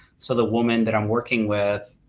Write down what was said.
so the woman that i'm working with,